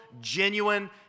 genuine